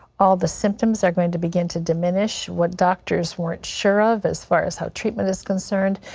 all the symptoms are going to begin to diminish, what doctors weren't sure of as far as how treatment is concerned,